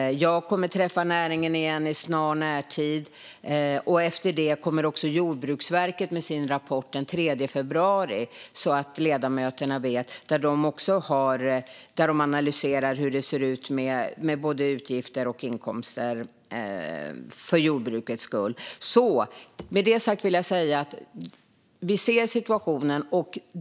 Jag kommer att träffa näringen igen i snar närtid. Efter det kommer också Jordbruksverket med sin rapport den 3 februari, så att ledamöterna vet, där de också har analyserat hur det ser ut med både utgifter och inkomster för jordbruket. Med det sagt vill jag säga att vi ser situationen.